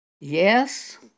yes